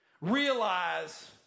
realize